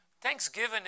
Thanksgiving